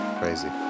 Crazy